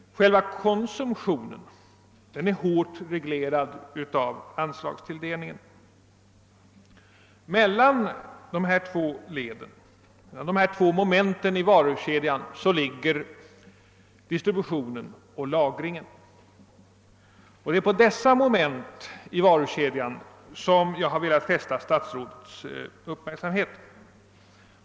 Själva konsumtionen är strängt reglerad av anslagstilldelningen. Mellan dessa två moment ligger distributionen och lagringen, och det är på dessa båda led i varukedjan jag har velat fästa statsrådets uppmärksamhet.